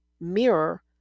mirror